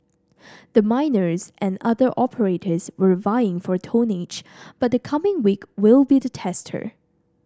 the miners and other operators were vying for tonnage but the coming week will be the tester